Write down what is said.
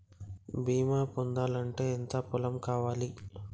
బీమా పొందాలి అంటే ఎంత పొలం కావాలి?